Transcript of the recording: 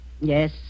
Yes